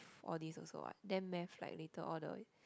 for this also what then math like later all the